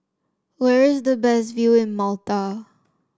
where is the best view in Malta